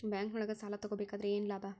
ಬ್ಯಾಂಕ್ನೊಳಗ್ ಸಾಲ ತಗೊಬೇಕಾದ್ರೆ ಏನ್ ಲಾಭ?